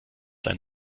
sein